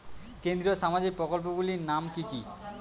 কেন্দ্রীয় সামাজিক প্রকল্পগুলি নাম কি কি?